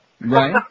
Right